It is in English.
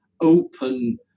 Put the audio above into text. open